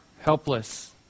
helpless